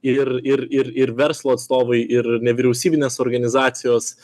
ir ir ir ir verslo atstovai ir nevyriausybinės organizacijos